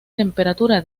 temperatura